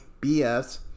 BS